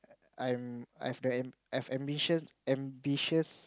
I'm I've the I've ambition ambitious